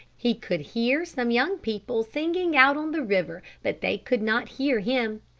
he could hear some young people singing out on the river, but they could not hear him.